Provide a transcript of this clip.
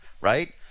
right